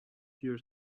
your